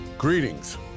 Greetings